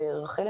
ורחל,